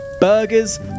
burgers